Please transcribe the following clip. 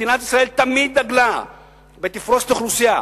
מדינת ישראל תמיד דגלה בתפרוסת אוכלוסייה